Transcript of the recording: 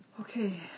Okay